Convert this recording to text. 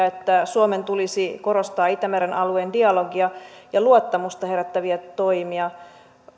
että suomen tulisi korostaa itämeren alueen dialogia ja luottamusta herättäviä toimia